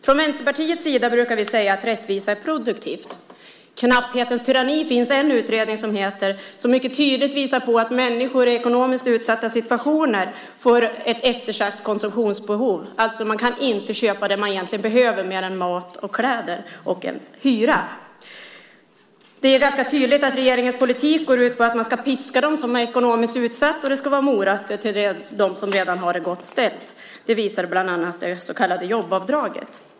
Från Vänsterpartiets sida brukar vi säga att rättvisa är produktivt. Knapphetens tyranni finns det en utredning som heter, som mycket tydligt visar att människor i ekonomiskt utsatta situationer får ett eftersatt konsumtionsbehov. Man kan alltså inte köpa det man egentligen behöver mer än mat och kläder och att betala hyran. Det är ganska tydligt att regeringens politik går ut på att man ska piska dem som är ekonomiskt utsatta, och det ska vara morötter till dem som redan har det gott ställt. Det visar bland annat det så kallade jobbavdraget.